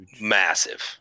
massive